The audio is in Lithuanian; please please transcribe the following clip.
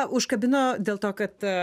užkabino dėl to kad